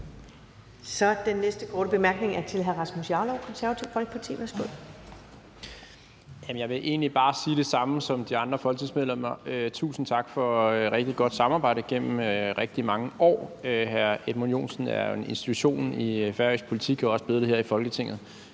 Den næste korte bemærkning er til hr. Rasmus Jarlov, Det Konservative Folkeparti. Værsgo. Kl. 21:32 Rasmus Jarlov (KF): Jeg vil egentlig bare sige det samme som de andre folketingsmedlemmer. Tusind tak for et rigtig godt samarbejde gennem rigtig mange år. Hr. Edmund Joensen er jo en institution i færøsk politik og er også blevet det her i Folketinget.